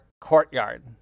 courtyard